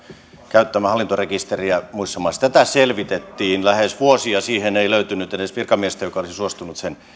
käyttämästä hallintarekisteriä muissa maissa tätä selvitettiin lähes vuosi ja siihen ei löytynyt edes virkamiestä joka olisi suostunut sen